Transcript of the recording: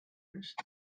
nicht